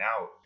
out